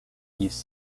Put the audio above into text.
east